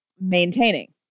maintaining